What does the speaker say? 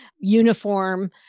uniform